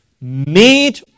made